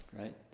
right